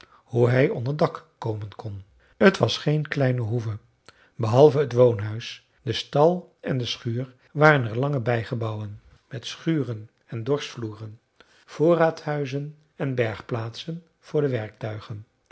hoe hij onder dak komen kon t was geen kleine hoeve behalve t woonhuis den stal en de schuur waren er lange bijgebouwen met schuren en dorschvloeren voorraadshuizen en bergplaatsen voor de werktuigen